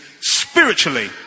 spiritually